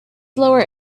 lower